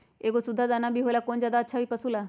एगो सुधा दाना भी होला कौन ज्यादा अच्छा होई पशु ला?